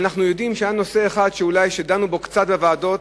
אנחנו יודעים שהיה נושא אחד שאולי דנו בו קצת בוועדות,